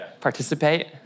participate